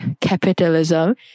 capitalism